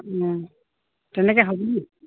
অঁ তেনেকৈ হ'ব নেকি